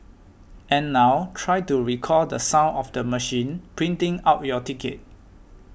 and now try to recall the sound of the machine printing out your ticket